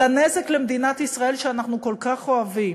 הנזק למדינת ישראל שאנחנו כל כך אוהבים,